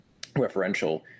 referential